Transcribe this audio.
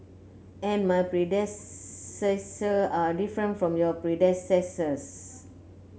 and my are different from your predecessors